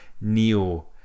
Neo